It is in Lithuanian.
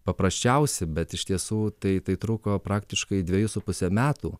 paprasčiausi bet iš tiesų tai tai truko praktiškai dvejus su puse metų